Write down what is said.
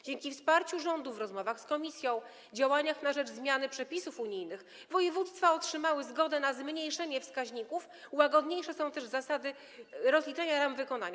Dzięki wsparciu rządu w rozmowach z Komisją, działaniach na rzecz zmiany przepisów unijnych, województwa otrzymały zgodę na zmniejszenie wskaźników, łagodniejsze są też zasady rozliczenia ram wykonania.